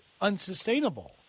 unsustainable